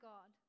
God